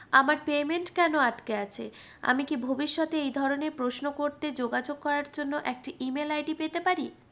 আমার পেমেন্ট কেন আটকে আছে আমি কি ভবিষ্যতে এই ধরনের প্রশ্ন করতে যোগাযোগ করার জন্য একটি ইমেল আইডি পেতে পারি